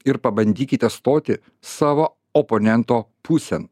ir pabandykite stoti savo oponento pusėn